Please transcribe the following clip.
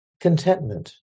contentment